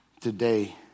Today